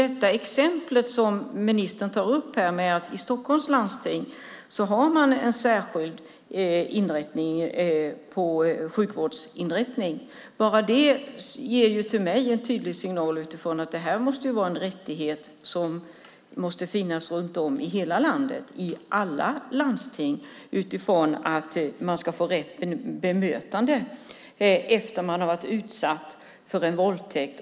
Det exempel som ministern tar upp, det vill säga att man i Stockholms läns landsting har en särskild sjukvårdsinrättning för detta, ger en tydlig signal till mig att detta måste vara en rättighet som måste finnas i alla landsting runt om i landet för att man ska få rätt bemötande efter att ha blivit utsatt för en våldtäkt.